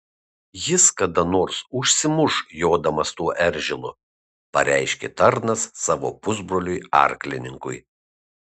jis kada nors užsimuš jodamas tuo eržilu pareiškė tarnas savo pusbroliui arklininkui